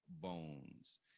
bones